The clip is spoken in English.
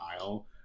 aisle